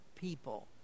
people